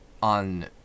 On